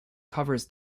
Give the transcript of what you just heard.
covers